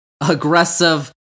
aggressive